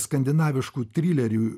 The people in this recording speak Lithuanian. skandinaviškų trilerių